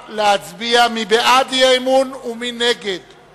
אני קובע שהצעת סיעת קדימה להביע אי-אמון בממשלה לא קיבלה רוב דרוש.